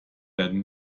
werden